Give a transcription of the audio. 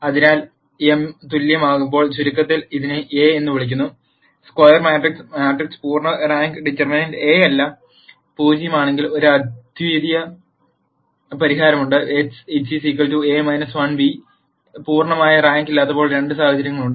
അതിനാൽ m തുല്യമാകുമ്പോൾ ചുരുക്കത്തിൽ ഇതിനെ a എന്ന് വിളിക്കുന്നു സ്ക്വയർ മാട്രിക്സ് മാട്രിക്സ് പൂർണ്ണ റാങ്ക് ഡിറ്റർമിനന്റ് എ അല്ല 0 ആണെങ്കിൽ ഒരു അദ്വിതീയ പരിഹാരമുണ്ട് x A 1 b എ പൂർണ്ണ റാങ്കില്ലാത്തപ്പോൾ രണ്ട് സാഹചര്യങ്ങളുണ്ട്